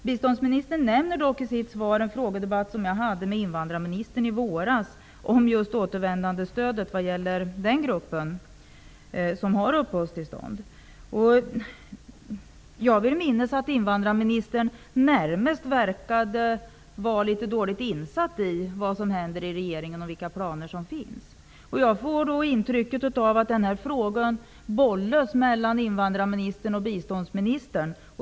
Biståndsministern nämner i sitt svar en frågedebatt som jag hade med invandrarministern i våras om återvändandestödet för eritreaner som har uppehållstillstånd. Jag vill minnas att invandrarministern närmast verkade vara dåligt insatt i vad som händer i regeringen och vilka planer som finns. Jag får intrycket att den här frågan bollas mellan invandrarministern och biståndsministern.